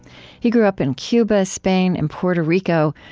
he grew up in cuba, spain, and puerto rico.